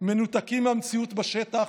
מנותקים מהמציאות בשטח,